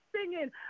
singing